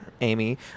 Amy